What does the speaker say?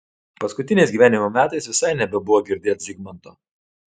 paskutiniais gyvenimo metais visai nebebuvo girdėt zigmanto